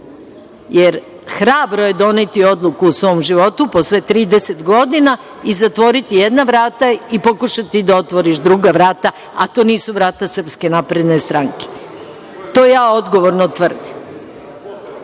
Jer, hrabro je doneti odluku u svom životu, posle 30 godina, zatvoriti jedna vrata i pokušati da otvoriš druga vrata, a to nisu vrata Srpske napredne stranke. To ja odgovorno tvrdim. Svi